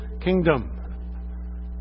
kingdom